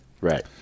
Right